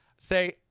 say